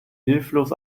hilflos